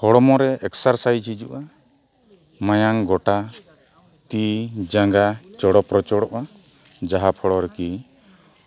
ᱦᱚᱲᱢᱚ ᱨᱮ ᱮᱠᱥᱟᱨᱥᱟᱭᱤᱡᱽ ᱦᱤᱡᱩᱜᱼᱟ ᱢᱟᱭᱟᱝ ᱜᱚᱴᱟ ᱛᱤ ᱡᱟᱸᱜᱟ ᱪᱚᱲᱚ ᱯᱨᱚᱪᱚᱲᱚᱜᱼᱟ ᱡᱟᱦᱟᱸ ᱯᱷᱚᱞᱚ ᱨᱮᱠᱤ